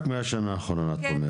רק מהשנה האחרונה, את אומרת?